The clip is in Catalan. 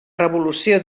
revolució